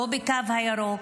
לא בקו הירוק,